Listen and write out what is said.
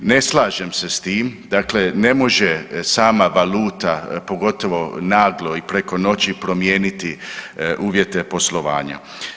Ne slažem se s tim, dakle ne može sama valuta, pogotovo naglo i preko noći promijeniti uvjete poslovanja.